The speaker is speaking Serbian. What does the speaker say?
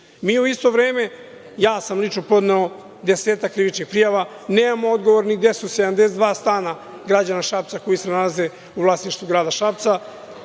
u isto vreme, ja sam lično podneo desetak krivičnih prijava, nemamo odgovor ni gde su 72 stana građana Šapca koji se nalaze u vlasništvu grada Šapca,